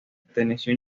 perteneció